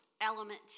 element